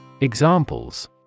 Examples